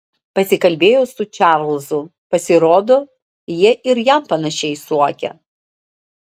pasikalbėjau su čarlzu pasirodo jie ir jam panašiai suokia